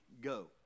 go